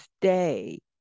stay